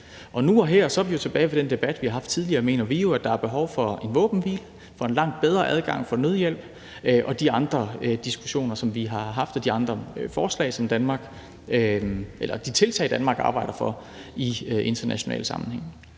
Nu og her – og så er vi jo tilbage ved den debat, vi har haft tidligere – mener vi, at der er behov for en våbenhvile, for en langt bedre adgang til nødhjælp og de andre ting, vi har diskuteret, og for de tiltag, som Danmark arbejder for i international sammenhæng.